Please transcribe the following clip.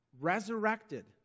resurrected